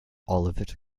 olivet